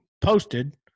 posted